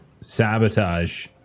sabotage